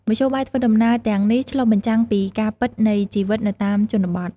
មធ្យោបាយធ្វើដំណើរទាំងនេះឆ្លុះបញ្ចាំងពីការពិតនៃជីវិតនៅតាមជនបទ។